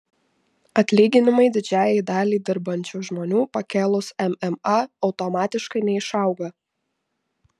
atlyginimai didžiajai daliai dirbančių žmonių pakėlus mma automatiškai neišauga